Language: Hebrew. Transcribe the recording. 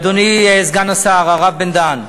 אדוני סגן השר הרב בן-דהן,